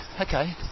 okay